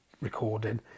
recording